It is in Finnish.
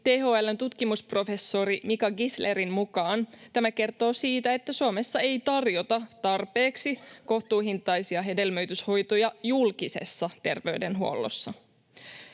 THL:n tutkimusprofessori Mika Gisslerin mukaan tämä kertoo siitä, että Suomessa ei tarjota tarpeeksi kohtuuhintaisia hedelmöityshoitoja julkisessa terveydenhuollossa.